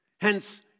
Hence